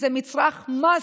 זה מצרך must,